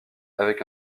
avec